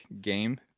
game